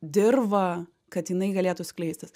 dirvą kad jinai galėtų skleistis